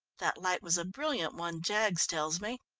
that light was a brilliant one, jaggs tells me.